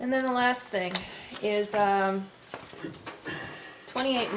and then the last thing is twenty eight